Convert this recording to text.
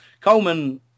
Coleman